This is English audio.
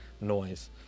noise